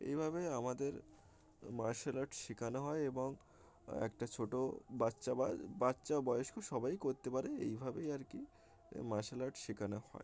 এইভাবে আমাদের martial arts শেখানো হয় এবং একটা ছোটো বাচ্চা বা বাচ্চা বয়স্ক সবাই করতে পারে এইভাবেই আর কি মার্শাল আর্টস শেখানো হয়